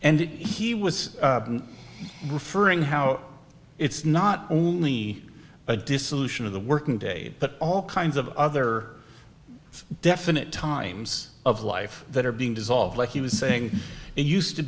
and he was referring how it's not only a dissolution of the working day but all kinds of other it's definite times of life that are being dissolved like he was saying it used to